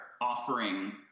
offering